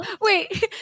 wait